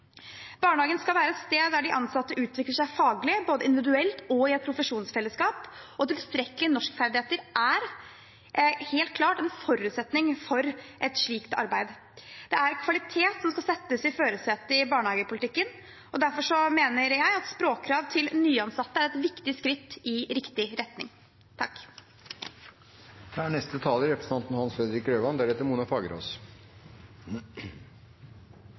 Barnehagen skal være et sted der de ansatte utvikler seg faglig, både individuelt og i et profesjonsfellesskap. Tilstrekkelige norskferdigheter er helt klart en forutsetning for et slikt arbeid. Det er kvalitet som skal settes i førersetet i barnehagepolitikken, derfor mener jeg at språkkrav til nyansatte er et viktig skritt i riktig retning. Barnehagen er